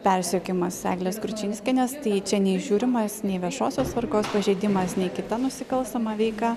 persekiojimas eglės kručinskienės tai čia neįžiūrimas nei viešosios tvarkos pažeidimas nei kita nusikalstama veika